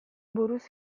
buruz